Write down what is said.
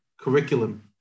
curriculum